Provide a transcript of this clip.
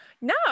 No